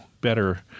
better